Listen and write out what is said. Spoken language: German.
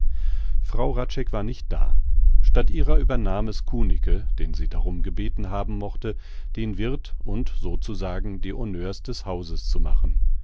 frau hradscheck war nicht da statt ihrer übernahm es kunicke den sie darum gebeten haben mochte den wirth und so zu sagen die honneurs des hauses zu machen